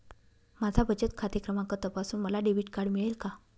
माझा बचत खाते क्रमांक तपासून मला डेबिट कार्ड मिळेल का?